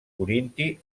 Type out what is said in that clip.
corinti